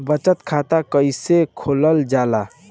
बचत खाता कइसे खोलल जाला?